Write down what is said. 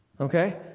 okay